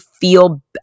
feel